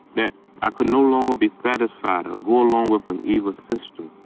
that i could no longer be satisfied or go along with an evil system.